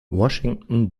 washington